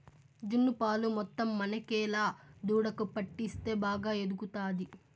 జున్ను పాలు మొత్తం మనకేలా దూడకు పట్టిస్తే బాగా ఎదుగుతాది